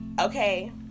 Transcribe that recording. Okay